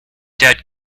dead